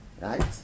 right